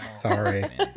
sorry